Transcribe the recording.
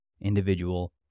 individual